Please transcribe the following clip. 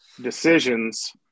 decisions